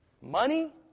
Money